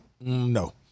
No